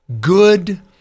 good